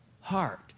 heart